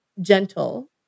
gentle